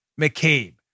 McCabe